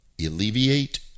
alleviate